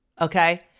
Okay